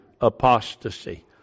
apostasy